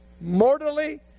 mortally